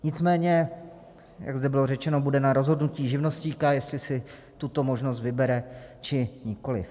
Nicméně jak zde bylo řečeno, bude na rozhodnutí živnostníka, jestli si tuto možnost vybere, či nikoliv.